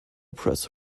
press